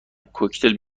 کوکتل